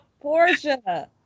Portia